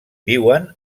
viuen